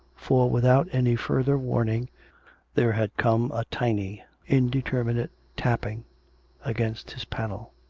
for without any further warning there had come a tiny indeterminate tapping against his panel.